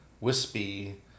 wispy